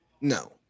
No